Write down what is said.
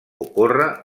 ocorre